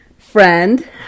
friend